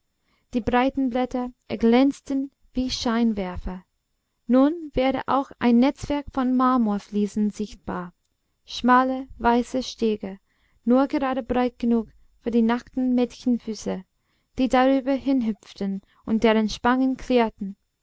die breiten blätter erglänzten wie scheinwerfer nun wurde auch ein netzwerk von marmorfliesen sichtbar schmale weiße stege nur gerade breit genug für die nackten mädchenfüße die darüber hinhüpften und deren spangen